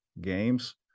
games